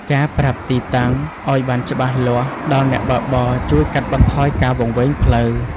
ការប្រាប់ទីតាំងឱ្យបានច្បាស់លាស់ដល់អ្នកបើកបរ ជួយកាត់បន្ថយការវង្វេងផ្លូវ។